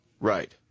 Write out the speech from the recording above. Right